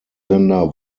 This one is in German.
sender